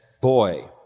boy